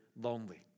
lonely